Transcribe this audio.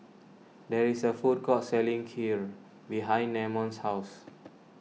there is a food court selling Kheer behind Namon's house